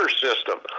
system